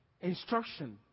Instruction